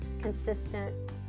consistent